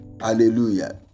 hallelujah